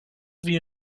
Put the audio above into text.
wir